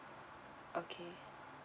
okay